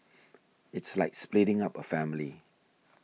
it's like splitting up a family